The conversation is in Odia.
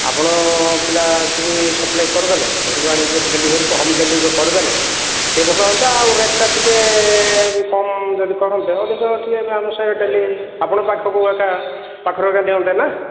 ଆପଣ ପିଲା ଆସିକି ସପ୍ଲାଇ କରିଦେଲେ ଘରକୁ ଆଣିକି ଡେଲିଭରି ହୋମ୍ ଡେଲିଭରି କରିଦେଲେ ଟିକିଏ ଭଲ ହୁଅନ୍ତା ଆଉ ରେଟ୍ଟା ଟିକିଏ ବି କମ୍ ଯଦି କରନ୍ତେ ଅଧିକ ଟିକିଏ ବି ଆମ ସାହିରେ ଡେଲି ଆପଣଙ୍କ ପାଖକୁ ଏକା ପାଖରୁ ଏକା ନିଅନ୍ତେ ନା